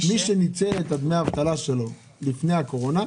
מי שניצל את דמי האבטלה שלו לפני הקורונה,